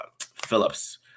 Phillips